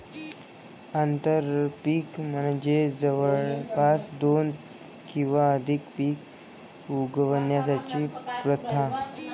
आंतरपीक म्हणजे जवळपास दोन किंवा अधिक पिके उगवण्याची प्रथा